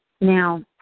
Now